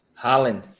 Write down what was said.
Holland